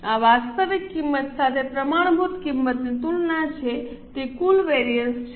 આ વાસ્તવિક કિંમત સાથે પ્રમાણભૂત કિંમતની તુલના છે તે કુલ વેરિએન્સ છે